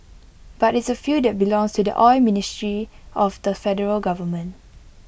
but it's A field that belongs to the oil ministry of the federal government